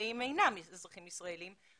והם אינם אזרחים ישראלים,